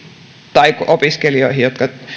tai opiskelijoihin jotka